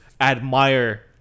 admire